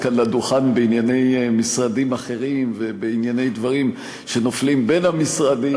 כאן לדוכן בענייני משרדים אחרים ובענייני דברים שנופלים בין המשרדים.